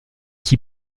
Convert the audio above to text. qui